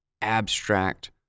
abstract